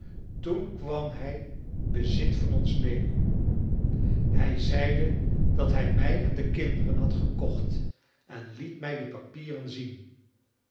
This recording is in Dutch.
toen kwam hij bezit van ons nemen hij zeide dat hij mij en de kinderen had gekocht en liet mij de papieren zien